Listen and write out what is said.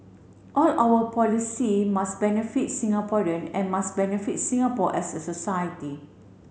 all our policy must benefit Singaporean and must benefit Singapore as a society